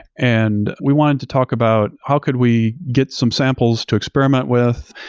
and we wanted to talk about how could we get some samples to experiment with,